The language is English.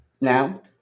Now